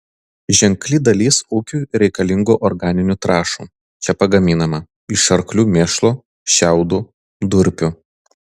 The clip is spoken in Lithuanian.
ženkli dalis ūkiui reikalingų organinių trąšų čia pagaminama iš arklių mėšlo šiaudų durpių